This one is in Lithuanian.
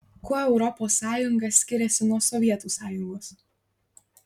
kuo europos sąjunga skiriasi nuo sovietų sąjungos